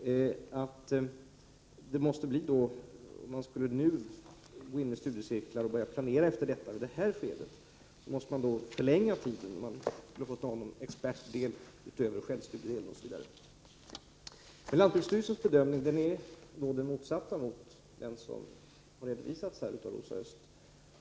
Om man i detta skede skulle börja bedriva utbildning i studiecirkelform, måste man flytta fram den tidpunkt då utbildningen skall vara avslutad. Man skulle få anordna en expertledd del av utbildningen utöver självstudiedelen. Lantbruksstyrelsens bedömning är den motsatta mot den som Rosa Östh har redovisat.